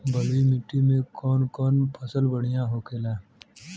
बलुई मिट्टी में कौन कौन फसल बढ़ियां होखेला?